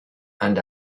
and